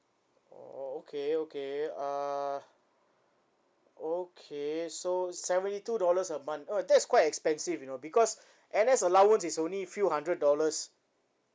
oh okay okay uh okay so seventy two dollars a month uh that's quite expensive you know because N_S allowance is only few hundred dollars